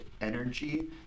energy